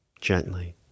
gently